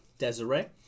Desiree